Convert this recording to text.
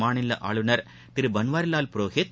மாநில ஆளுநர் திரு பன்வாரிலால் புரோஹித்